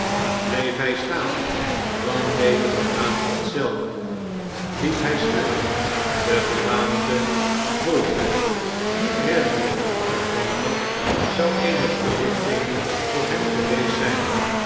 bleef hij staan dan deed de gedaante hetzelfde liep hij sneller de gedaante volgde niet rennende want dat zou eene verlichting voor hem geweest zijn